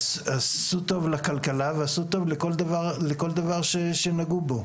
ועשו טוב לכלכלה ועשו טוב לכל דבר שהם נגעו בו.